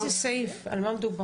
איזה סעיף, על מה מדובר?